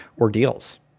Ordeals